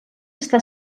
està